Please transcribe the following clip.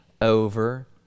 over